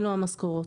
אלו המשכורות.